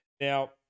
Now